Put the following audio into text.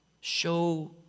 Show